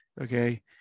okay